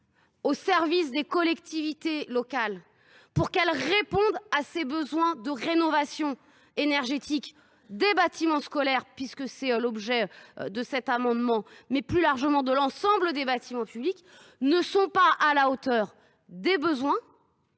au service des collectivités locales pour que celles ci répondent aux besoins de rénovation énergétique des bâtiments scolaires – c’est l’objet de ces amendements – et, plus largement, de l’ensemble des bâtiments publics ne sont pas à la hauteur et ne